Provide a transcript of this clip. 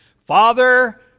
Father